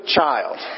child